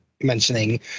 mentioning